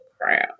crowd